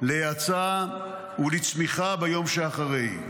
להאצה ולצמיחה ביום שאחרי.